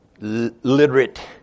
literate